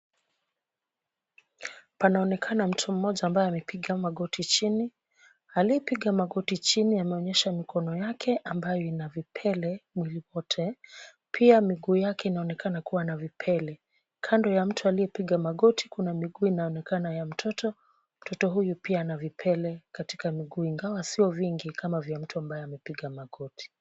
Panaonekana mtu mmoja ambaye amepiga magoti chini. Aliyepiga magoti chini ameonyesha mikono yake ambayo ina vipele mwili wote, pia miguu yake inaonekana kuwa na vipele. kando ya mtu aliyepiga kuna miguu inaonekana ya mtoto. Mtoto huyu pia ana vipele katika miguu yake ingawa sio vingi kama vya mtu ambaye amepiga magoti.